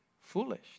foolish